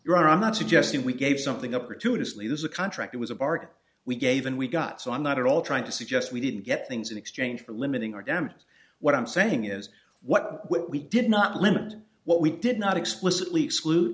your i'm not suggesting we gave something up or two to sleep is a contract it was a bargain we gave and we got so i'm not at all trying to suggest we didn't get things in exchange for limiting our damages what i'm saying is what we did not limit and what we did not explicitly exclude